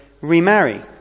remarry